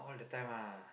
all the time ah